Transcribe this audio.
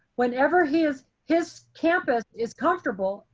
whenever his his campus is comfortable.